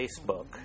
Facebook